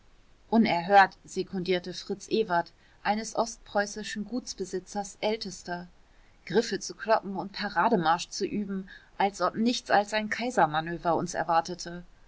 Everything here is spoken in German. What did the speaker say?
unerhört sekundierte fritz ewert eines ostpreußischen gutsbesitzers ältester griffe zu kloppen und parademarsch zu üben als ob nichts als ein kaisermanöver uns erwartete